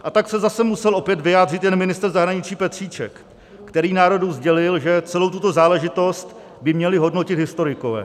A tak se zase musel opět vyjádřit jen ministr zahraničí Petříček, který národu sdělil, že celou tuto záležitost by měli hodnotit historikové.